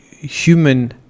human